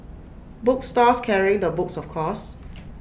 book stores carrying the books of course